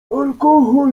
alkohol